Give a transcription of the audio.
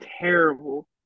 terrible